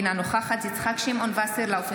אינה נוכחת יצחק שמעון וסרלאוף,